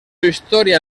historia